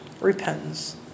Repentance